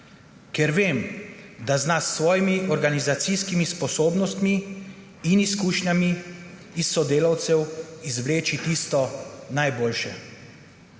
Ker vem, da zna s svojimi organizacijskimi sposobnostmi in izkušnjami iz sodelavcev izvleči tisto najboljše.